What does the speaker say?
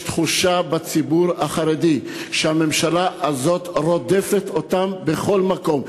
יש תחושה בציבור החרדי שהממשלה הזאת רודפת אותם בכל מקום.